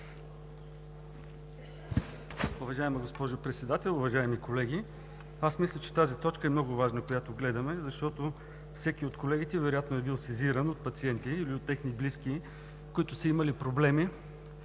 Уважаема госпожо Председател, уважаеми колеги! Аз мисля, че тази точка, която гледаме, е много важна, защото всеки от колегите вероятно е бил сезиран от пациенти или от техни близки, които са имали проблеми